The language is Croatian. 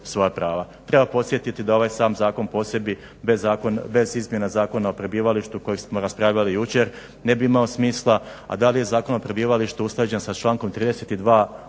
svoja prava. Treba podsjetiti da ovaj sam zakon po sebi bez izmjena Zakona o prebivalištu koji smo raspravljali jučer ne bi imao smisla. A da li je Zakon o prebivalištu usklađen sa člankom 32.